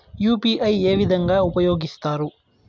UPI ఏ విధంగా ఉపయోగిస్తారు?